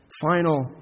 Final